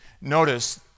Notice